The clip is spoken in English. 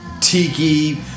tiki